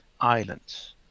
islands